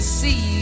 see